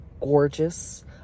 gorgeous